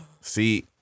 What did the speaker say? See